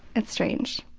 it's strange.